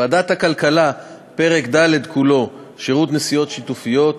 ועדת הכלכלה: פרק ד' כולו (שירות נסיעות שיתופיות),